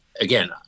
again